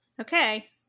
Okay